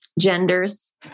genders